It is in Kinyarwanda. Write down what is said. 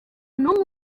n’umwe